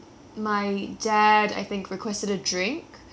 from the bar and ah he